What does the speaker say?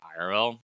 irl